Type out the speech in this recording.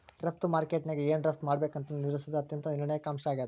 ರಫ್ತು ಮಾರುಕಟ್ಯಾಗ ಏನ್ ರಫ್ತ್ ಮಾಡ್ಬೇಕಂತ ನಿರ್ಧರಿಸೋದ್ ಅತ್ಯಂತ ನಿರ್ಣಾಯಕ ಅಂಶ ಆಗೇದ